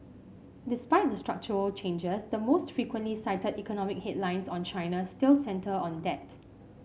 despite the structural changes the most frequently cited economic headlines on China still centre on debt